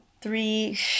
three